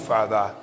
Father